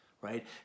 right